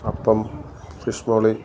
അപ്പം ഫിഷ് മോളി